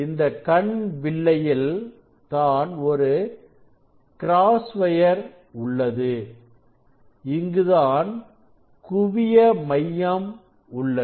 இந்த கண் விலையில் தான் ஒரு கிராஸ் வயர் உள்ளது இங்குதான் குவிய மையம் உள்ளது